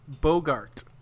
Bogart